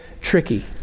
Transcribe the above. tricky